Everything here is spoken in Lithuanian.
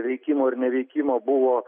veikimo ir neveikimo buvo